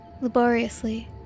laboriously